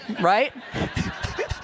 Right